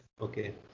Okay